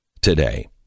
today